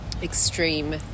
extreme